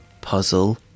Puzzle